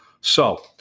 So-